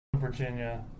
Virginia